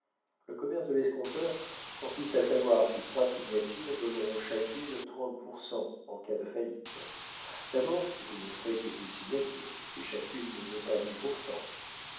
le commerce de l'escompteur consiste à savoir si trois signatures donneront chacune trente pour cent en cas de faillite d'abord vous n'offrez que deux signatures et chacune ne vaut pas dix pour cent